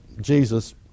Jesus